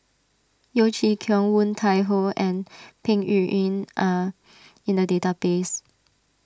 Yeo Chee Kiong Woon Tai Ho and Peng Yuyun are in the database